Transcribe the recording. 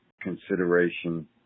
consideration